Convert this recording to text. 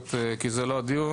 הטכנולוגיות כי זה לא הדיון.